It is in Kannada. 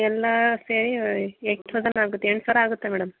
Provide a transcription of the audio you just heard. ಎಲ್ಲಾ ಸೇರಿ ಏಯ್ಟ್ ತೌಸಂಡ್ ಆಗುತ್ತೆ ಎಂಟು ಸಾವಿರ ಆಗುತ್ತೆ ಮೇಡಮ್